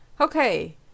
Okay